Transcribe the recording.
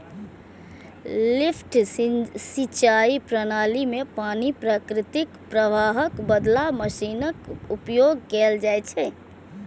lift सिंचाइ प्रणाली मे पानि कें प्राकृतिक प्रवाहक बदला मशीनक उपयोग कैल जाइ छै